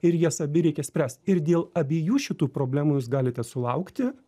ir jas abi reikia spręst ir dėl abiejų šitų problemų jūs galite sulaukti